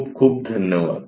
खूप खूप धन्यवाद